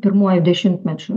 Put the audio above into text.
pirmuoju dešimtmečiu